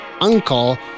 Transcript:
uncle